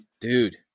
Dude